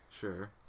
sure